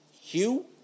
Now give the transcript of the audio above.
Hugh